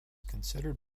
considered